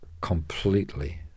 completely